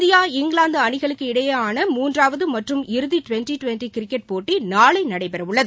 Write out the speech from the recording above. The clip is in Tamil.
இந்தியா இங்கிலாந்து அணிகளுக்கிடையேயான மூன்றாவது மற்றும் இறுதி டுவெண்டி டுவெண்டி கிரிக்கெட் போட்டி நாளை நடைபெற உள்ளது